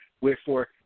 Wherefore